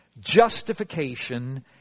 Justification